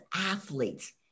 athletes